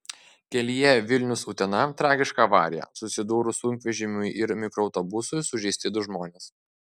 kelyje vilnius utena tragiška avarija susidūrus sunkvežimiui ir mikroautobusui sužeisti du žmonės